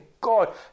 God